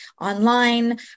online